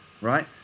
right